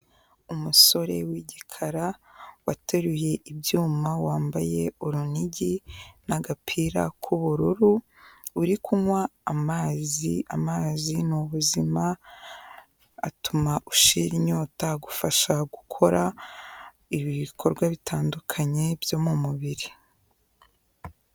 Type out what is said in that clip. Umusore w'igikara wateruye ibyuma wambaye urunigi n'agapira k'ubururu uri kunywa amazi, amazi ni ubuzima atuma ushira inyota, agufasha gukora ibikorwa bitandukanye byo mu mubiri.